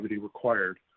required